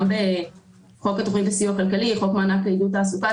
גם בחוק התוכנית לסיוע כלכלי ובחוק מענק לעידוד תעסוקה,